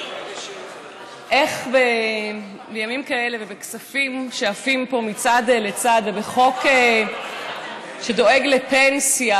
איך בימים כאלה ובכספים שעפים פה מצד לצד ובחוק שדואג לפנסיה,